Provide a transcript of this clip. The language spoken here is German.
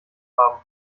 haben